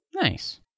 Nice